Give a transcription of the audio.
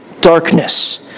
darkness